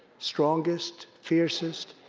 strongest, fiercest,